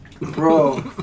Bro